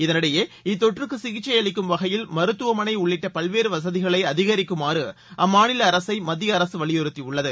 இதளிஎடயே இத்தொற்றுக்கு சிகிச்சை அளிக்கும் வகையில் மருத்துவமனை உள்ளிட்ட பல்வேறு வசதிகளை அதிகரிக்குமாறு அம்மாநில அரசை மத்திய அரசு வலியுறுத்தியுள்ளது